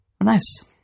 Nice